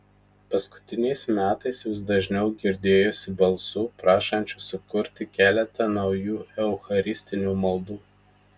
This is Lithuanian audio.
paskutiniais metais vis dažniau girdėjosi balsų prašančių sukurti keletą naujų eucharistinių maldų